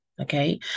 okay